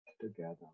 together